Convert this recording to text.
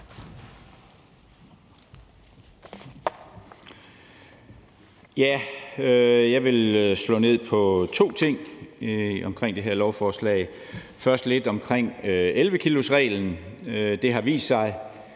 Jeg vil slå ned på to ting i det her lovforslag. Det er først lidt om 11-kilosreglen. Det har vist sig,